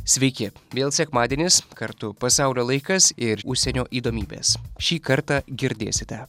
sveiki vėl sekmadienis kartu pasaulio laikas ir užsienio įdomybės šį kartą girdėsite